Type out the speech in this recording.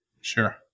Sure